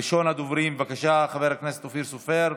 ראשון הדוברים, בבקשה, חבר הכנסת אופיר סופר.